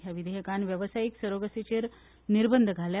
ह्या विधेयकान वेवसायीक सर्जरीचेर निर्बंध घाल्या